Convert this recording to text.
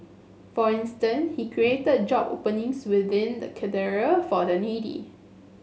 for instance he created job openings within the Cathedral for the needy